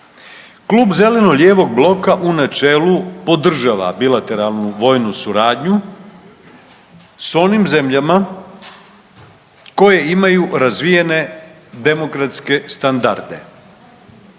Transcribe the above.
Klub zeleno-lijevog bloka u načelu podržava bilateralnu vojnu suradnju s onim zemljama koje imaju razvijene demokratske standarde